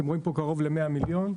אתם רואים פה קרוב למאה מיליון.